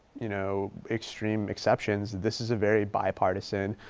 you know, extreme exceptions this is a very bipartisan